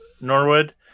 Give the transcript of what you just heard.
Norwood